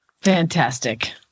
Fantastic